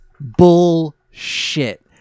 Bullshit